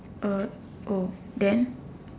uh oh then